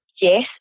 Yes